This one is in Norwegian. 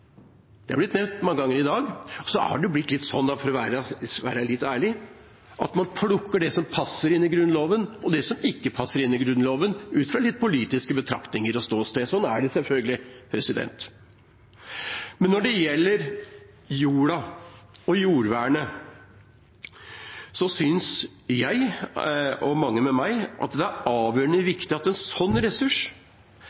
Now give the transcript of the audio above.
Det er blitt nevnt mange ganger i dag. For å være ærlig har det blitt litt sånn at man plukker det som passer inn i Grunnloven, og det som ikke passer inn i Grunnloven – litt ut fra politiske betraktninger og ståsteder. Sånn er det selvfølgelig. Men når det gjelder jorda og jordvernet, synes jeg og mange med meg at det er avgjørende